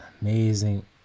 amazing